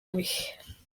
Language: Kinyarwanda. bihe